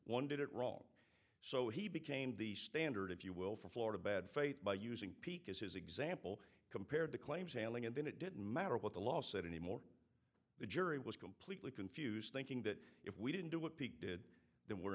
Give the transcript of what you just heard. did it wrong so he became the standard if you will for florida bad faith by using peek as his example compared to claims handling and then it didn't matter what the law said anymore the jury was completely confused thinking that if we didn't do what pete did then we're